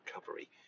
recovery